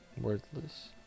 Worthless